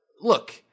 Look